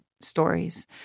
stories